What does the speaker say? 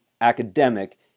academic